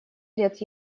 лет